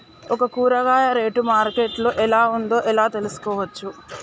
ఒక కూరగాయ rate market లో ఎలా ఉందో ఎలా తెలుసుకోవచ్చు?